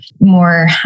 more